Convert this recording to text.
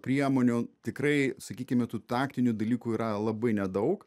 priemonių tikrai sakykime tų taktinių dalykų yra labai nedaug